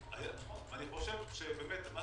היא יכולה להיות רק לטובת